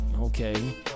okay